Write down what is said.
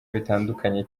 bitandukanye